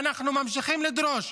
ואנחנו ממשיכים לדרוש,